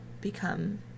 become